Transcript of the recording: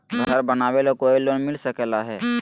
घर बनावे ले कोई लोनमिल सकले है?